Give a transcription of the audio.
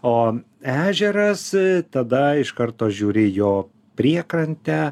o ežeras tada iš karto žiūri į jo priekrantę